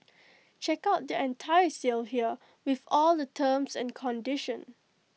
check out their entire sale here with all the terms and conditions